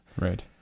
right